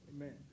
Amen